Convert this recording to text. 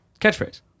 catchphrase